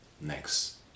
next